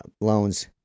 loans